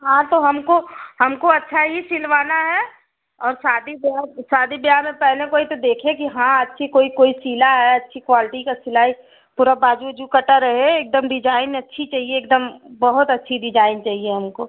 हाँ तो हमको हमको अच्छा ही सिलवाना है और शादी ब्याह शादी ब्याह में पहने कोई तो देखे कि हाँ अच्छी कोई कोई सिला है अच्छी क्वालटी का सिलाई पूरा बाजू ओजू कटा रहे एकदम डिजाइन अच्छी चाहिए एकदम बहुत अच्छी डिजाइन चाहिए हमको